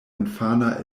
infana